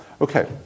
Okay